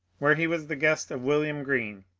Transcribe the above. where he was the guest of william greene,